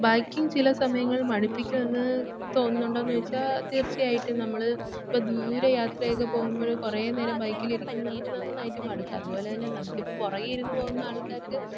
biking ചില സമങ്ങളിൽ മടിപ്പിക്കും എന്ന് തോന്നുന്നുണ്ടോന്ന് ചോയ്ച്ചാ തീർച്ചയായിട്ടും നമ്മള് ഇപ്പൊ ദൂരെ യാത്ര ഒക്കെ പോകുമ്പൊഴ് കൊറേ നേരം ബൈക്കില് ഇരിക്കുമ്പൊ നമുക്ക് നന്നായിട്ട് മടുക്കും അതുപോലെ തന്നെ നമക്കിപ്പോൾ പുറകിൽ ഇരുന്ന് പോവുന്ന ആൾക്കാർക്ക്